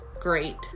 great